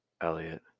Elliot